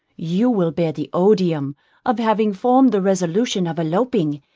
you will bear the odium of having formed the resolution of eloping,